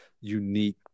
unique